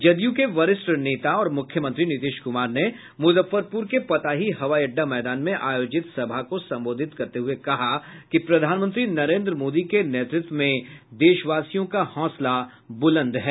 जदयू के वरिष्ठ नेता और मुख्यमंत्री नीतीश कुमार ने मुजफ्फरपुर के पताही हवाई अड्डा मैदान में आयोजित सभा को संबोधित करते हुये कहा कि प्रधानमंत्री नरेन्द्र मोदी के नेतृत्व में देशवासियों का हौसला बुंलद है